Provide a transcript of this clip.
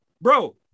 bro